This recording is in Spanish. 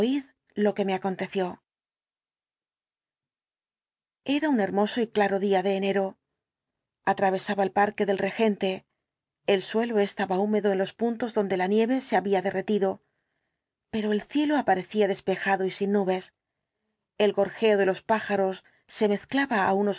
lo que me aconteció era un hermoso y claro día de enero atravesaba el parque del regente el suelo estaba húmedo en los puntos donde la nieve se había derretido pero el cielo aparecía despejado y sin nubes el gorjeo de los pájaros se mezclaba á unos